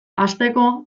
hasteko